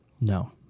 No